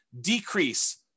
decrease